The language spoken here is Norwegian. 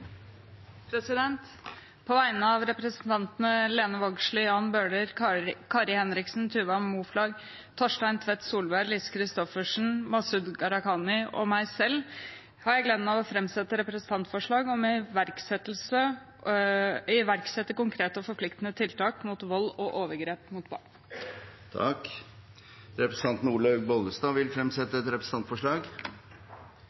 representantforslag. På vegne av representantene Lene Vågslid, Jan Bøhler, Kari Henriksen, Tuva Moflag, Torstein Tvedt Solberg, Lise Christoffersen, Masud Gharahkani og meg selv har jeg gleden av å framsette representantforslag om å iverksette konkrete og forpliktende tiltak mot vold og overgrep mot barn. Representanten Olaug V. Bollestad vil fremsette